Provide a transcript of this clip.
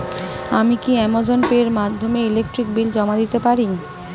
আমি কি Amazon Pay এর মাধ্যমে ইলেকট্রিক বিল জমা দিতে পারি?